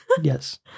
Yes